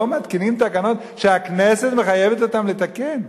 מתקינים תקנות שהכנסת מחייבת אותם לתקן.